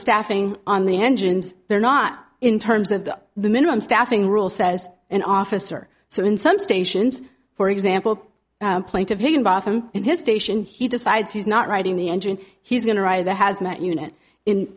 staffing on the engines they're not in terms of the minimum staffing rule says an officer so in some stations for example point of higginbotham in his station he decides he's not writing the engine he's going to ride the hazmat unit in